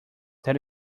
that